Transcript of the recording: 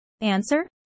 Answer